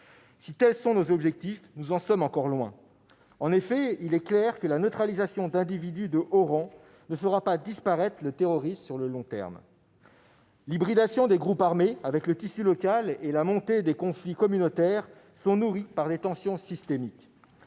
Si tels sont nos objectifs, nous en sommes encore loin ... En effet, il est clair que la neutralisation d'individus de haut rang ne fera pas disparaître le terrorisme sur le long terme. L'hybridation des groupes armés avec le tissu local et la montée des conflits communautaires sont nourries par des tensions systémiques,